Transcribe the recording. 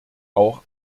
auch